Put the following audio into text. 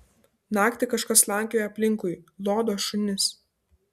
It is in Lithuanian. naktį kažkas slankioja aplinkui lodo šunis